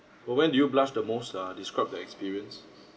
oh when do you blush the most uh describe the experience